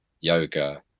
yoga